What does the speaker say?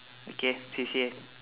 okay C_C_A